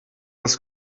das